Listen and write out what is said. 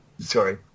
Sorry